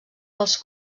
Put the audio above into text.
dels